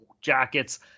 Jackets